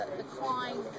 decline